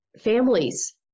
Families